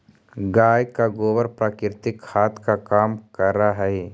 गाय का गोबर प्राकृतिक खाद का काम करअ हई